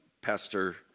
pastor